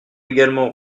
également